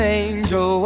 angel